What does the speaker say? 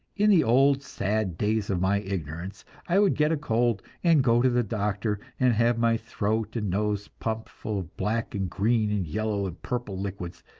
in the old sad days of my ignorance i would get a cold, and go to the doctor, and have my throat and nose pumped full of black and green and yellow and purple liquids,